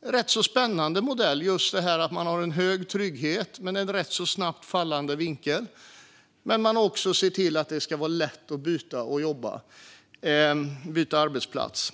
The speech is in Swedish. Det är en spännande modell där man har en hög trygghet men en ganska snabbt fallande vinkel. Men man har också sett till att det ska vara lätt att byta arbetsplats.